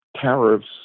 tariffs